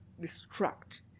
destruct